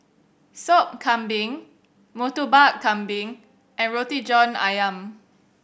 Sop Kambing Murtabak Kambing and Roti John Ayam